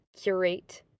curate